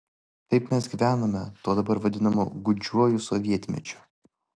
taip mes gyvenome tuo dabar vadinamu gūdžiuoju sovietmečiu